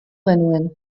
genuen